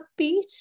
upbeat